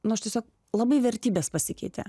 nu aš tiesiog labai vertybės pasikeitė